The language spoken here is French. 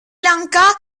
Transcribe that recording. lanka